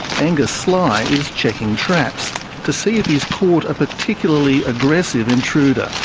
angus sly is checking traps to see if he's caught a particularly aggressive intruder.